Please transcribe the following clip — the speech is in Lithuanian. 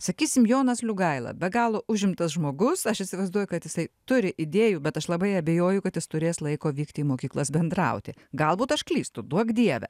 sakysim jonas liugaila be galo užimtas žmogus aš įsivaizduoju kad jisai turi idėjų bet aš labai abejoju kad jis turės laiko vykti į mokyklas bendrauti galbūt aš klystu duok dieve